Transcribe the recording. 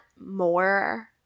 more